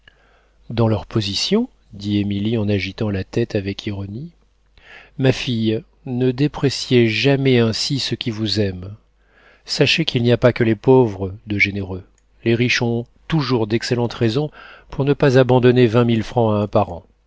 dans leur position dit émilie en agitant la tête avec ironie ma fille ne dépréciez jamais ainsi ceux qui vous aiment sachez qu'il n'y a que les pauvres de généreux les riches ont toujours d'excellentes raisons pour ne pas abandonner vingt mille francs à un parent